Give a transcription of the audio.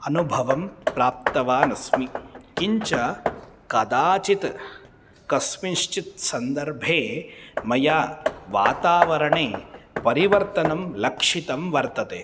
अनुभवं प्राप्तवान् अस्मि किञ्च कदाचित् कस्मिंश्चित् सन्दर्भे मया वातावरणे परिवर्तनं लक्षितं वर्तते